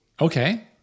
okay